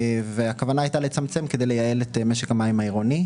והכוונה הייתה לצמצם כדי לייעל את משק המים העירוני.